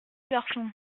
garçons